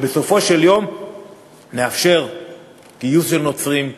ובסופו של יום נאפשר גיוס של נוצרים,